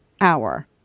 hour